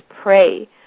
pray